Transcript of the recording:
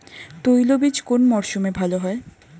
তৈলবীজ কোন মরশুমে ভাল হয়?